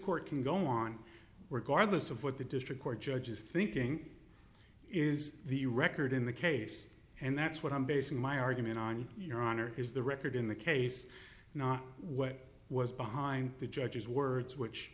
court can go on were garbus of what the district court judge is thinking is the record in the case and that's what i'm basing my argument on your honor is the record in the case not what was behind the judge's words which